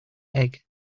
egg